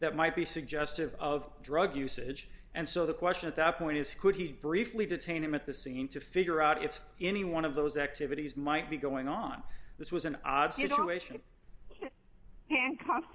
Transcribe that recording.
that might be suggestive of drug usage and so the question at that point is could he briefly detain him at the scene to figure out if any one of those activities might be going on this was an observation